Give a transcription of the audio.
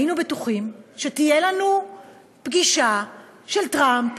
היינו בטוחים שתהיה לנו פגישה של טראמפ